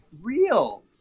real